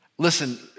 Listen